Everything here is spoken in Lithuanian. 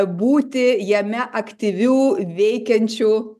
būti jame aktyviu veikiančiu